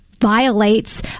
violates